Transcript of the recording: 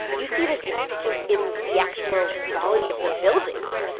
you see this just in the actual quality of the buildings.